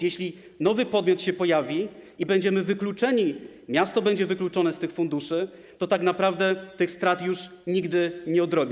Jeśli nowy podmiot się pojawi i będziemy wykluczeni, jeśli miasto będzie wykluczone z dostępu do tych funduszy, to tak naprawdę tych strat już nigdy nie odrobi.